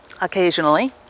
occasionally